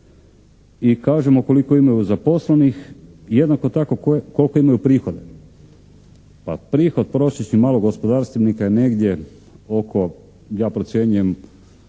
i kažemo koliko imaju zaposlenih, jednako tako koliko imaju prihoda. Pa prihod prosječni malog gospodarstvenika je negdje oko, ja procjenjujem